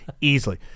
easily